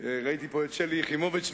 ראיתי פה קודם את שלי יחימוביץ,